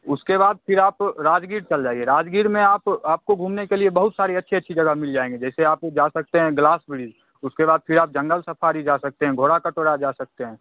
उसके बाद फिर आप अ राजगीर चले जाइए राजगीर में आप आपको घूमने के लिए बहुत सारी अच्छी अच्छी जगह मिल जाएँगे जैसे आप जा सकते हैं ग्लास पूरी उसके बाद फिर आप जंगल सफारी जा सकते हैं घोड़ा कटोरा जा सकते हैं